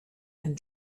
and